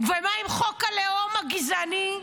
ומה עם חוק הלאום הגזעני,